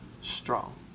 strong